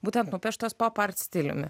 būtent nupieštas pop art stiliumi